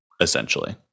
essentially